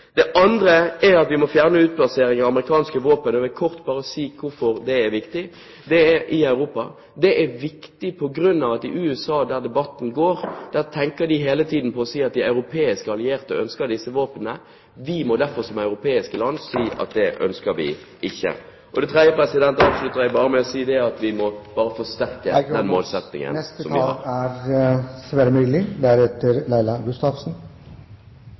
Det andre er at vi må fjerne utplassering av amerikanske våpen i Europa. Jeg vil kort bare si hvorfor det er viktig. Det er viktig fordi i USA, der debatten går, tenker de hele tiden på å si at de europeiske allierte ønsker disse våpnene. Vi må derfor, som europeiske land, si at det ønsker vi ikke. Det tredje: Her slutter jeg bare med å si at vi må forsterke